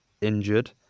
injured